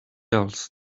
else